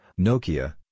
Nokia